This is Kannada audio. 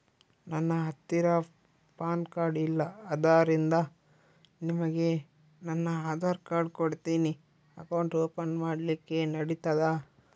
ನನ್ನ ಹತ್ತಿರ ಪಾನ್ ಕಾರ್ಡ್ ಇಲ್ಲ ಆದ್ದರಿಂದ ನಿಮಗೆ ನನ್ನ ಆಧಾರ್ ಕಾರ್ಡ್ ಕೊಡ್ತೇನಿ ಅಕೌಂಟ್ ಓಪನ್ ಮಾಡ್ಲಿಕ್ಕೆ ನಡಿತದಾ?